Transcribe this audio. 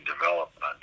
development